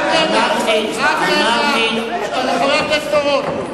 רק רגע, חבר הכנסת אורון.